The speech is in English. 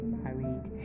married